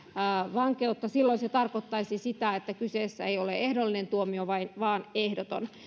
vankeutta silloin se tarkoittaisi sitä että kyseessä ei ole ehdollinen tuomio vaan ehdoton